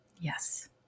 yes